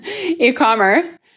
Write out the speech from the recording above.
e-commerce